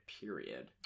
period